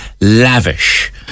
lavish